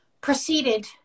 proceeded